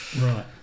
right